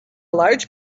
large